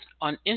On